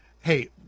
hey